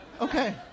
Okay